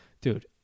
Dude